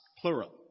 plural